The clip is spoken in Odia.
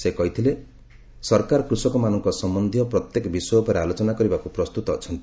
ସେ କହିଥିଲେ ସରକାର କୃଷକମାନଙ୍କ ସମ୍ଭନ୍ଧୀୟ ପ୍ରତ୍ୟେକ ବିଷୟ ଉପରେ ଆଲୋଚନା କରିବାକୁ ପ୍ରସ୍ତୁତ ଅଛନ୍ତି